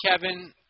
Kevin